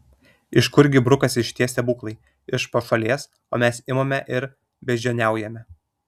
iš kurgi brukasi šitie stebuklai iš pašalės o mes imame ir beždžioniaujame